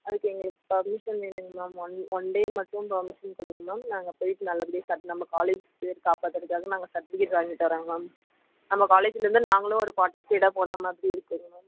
அதுக்கு எங்களுக்கு பர்மிஷன் வேணுங் மேம் ஒன் ஒன் டே மட்டும் பெர்மிஷன் கொடுங்க மேம் நாங்கள் போயிட்டு நல்லபடியா சட் நம்ம காலேஜ் பெயர் காப்பாத்தறதுக்காக நாங்கள் சர்ட்டிஃபிக்கேட் வாங்கிட்டு வரோங் மேம் நம்ம காலேஜில் இருந்து நாங்களும் ஒரு பார்ட்டிசிபேடா போணா மாதிரி இருக்குங் மேம் தெரியும் மேம்